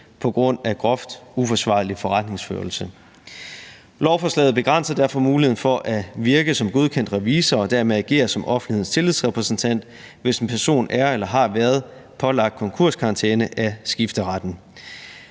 på grund af groft uforsvarlig forretningsførelse. Lovforslaget begrænser derfor muligheden for at virke som godkendt revisor og dermed agere som offentlighedens tillidsrepræsentant, hvis en person er eller har været pålagt konkurskarantæne af skifteretten.